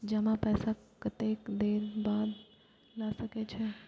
जमा पैसा कतेक देर बाद ला सके छी?